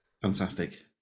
Fantastic